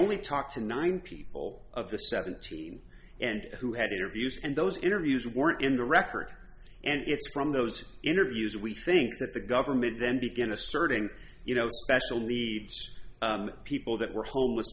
only talked to nine people of the seventeen and who had interviews and those interviews were in the record and it's from those interviews we think that the government then begin asserting you know special leaves people that were homeless